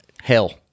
hell